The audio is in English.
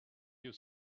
you